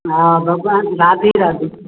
हा भॻिवानु राधे राधे